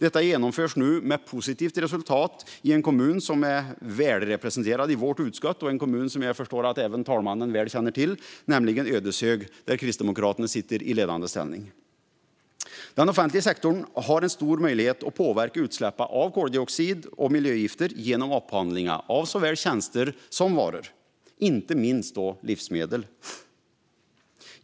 Detta genomförs nu med positivt resultat i en kommun som är välrepresenterad i vårt utskott och som jag förstår att även talmannen känner väl till, nämligen Ödeshög. Där sitter Kristdemokraterna i ledande ställning. Den offentliga sektorn har stor möjlighet att påverka utsläppen av koldioxid och miljögifter genom upphandlingen av såväl tjänster som varor. Det gäller inte minst livsmedel.